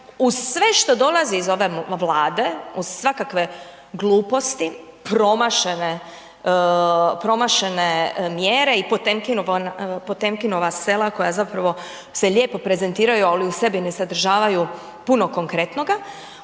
uz sve što dolazi iz ove Vlade uz svakakve gluposti, promašene mjere i Potemkinova sela koja zapravo se zapravo se lijepo prezentiraju ali u sebi ne sadržavaju puno konkretnoga,